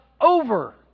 over